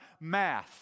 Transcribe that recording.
math